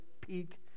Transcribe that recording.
peak